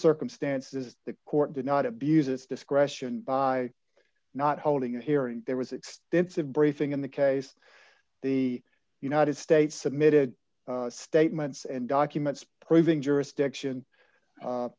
circumstances the court did not abuse its discretion by not holding a hearing there was extensive briefing in the case the united states submitted statements and documents proving jurisdiction